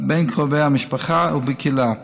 בין קרובי המשפחה ובקהילה.